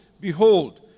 Behold